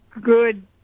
good